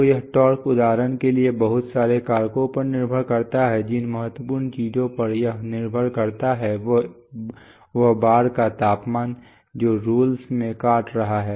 तो यह टॉर्क उदाहरण के लिए बहुत सारे कारकों पर निर्भर करता है जिन महत्वपूर्ण चीजों पर यह निर्भर करता है वह बार का तापमान है जो रोल्स में काट रहा है